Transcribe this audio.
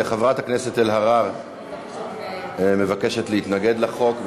חברת הכנסת אלהרר מבקשת להתנגד לחוק,